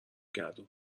گردون